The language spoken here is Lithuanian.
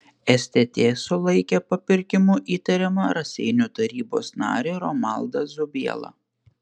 stt sulaikė papirkimu įtariamą raseinių tarybos narį romaldą zubielą